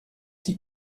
die